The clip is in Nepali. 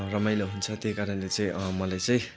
रमाइलो हुन्छ त्यही कारणले चाहिँ मलााई चाहिँ